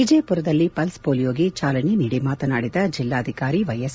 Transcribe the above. ವಿಜಯಪುರದಲ್ಲಿ ಪಲ್ಸ್ ಪೋಲಿಯೋಗೆ ಚಾಲನೆ ನೀಡಿ ಮಾತನಾಡಿದ ಜಿಲ್ಲಾಧಿಕಾರಿ ವೈಎಸ್